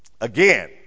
again